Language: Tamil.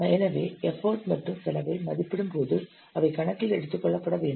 எனவே எஃபர்ட் மற்றும் செலவை மதிப்பிடும்போது அவை கணக்கில் எடுத்துக்கொள்ளப்பட வேண்டும்